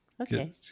Okay